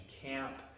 Camp